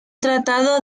tratado